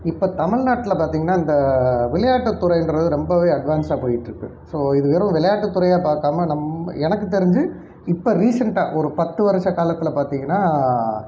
இப்போ தமிழ்நாட்டில் பார்த்திங்கனா இந்த விளையாட்டுத்துறைன்றது ரொம்பவே அட்வான்ஸாக போயிட்டிருக்கு ஸோ இது வெறும் விளையாட்டுத்துறையாக பார்க்காம நம்ம எனக்கு தெரிஞ்சு இப்போ ரீசென்ட்டாக ஒரு பத்து வருஷ காலத்தில் பார்த்திங்கனா